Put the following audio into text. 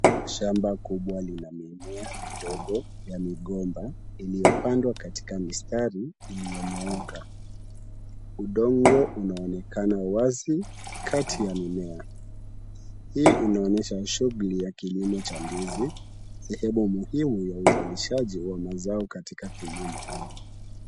Shamba kubwa lina mimea midogo ya migomba iliyopandwa katika mistari iliyonyooka. Udongo unaonekana wazi kati ya mimea. Hii inaonyesha shughuli ya kilimo cha ndizi, sehemu muhimu ya uzalishaji wa mazao katika kilimo.